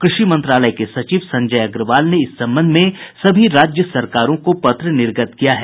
कृषि मंत्रालय के सचिव संजय अग्रवाल ने इस संबंध में सभी राज्य सरकारों को पत्र निर्गत किया है